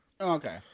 Okay